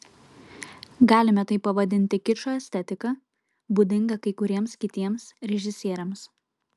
galime tai pavadinti kičo estetika būdinga kai kuriems kitiems režisieriams